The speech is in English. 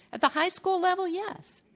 at the high school level, yes.